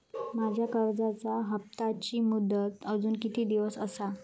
माझ्या कर्जाचा हप्ताची मुदत अजून किती दिवस असा?